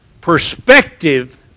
Perspective